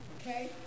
okay